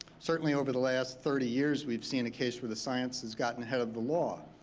certainly over the last thirty years we've seen a case where the science has gotten ahead of the law,